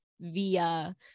via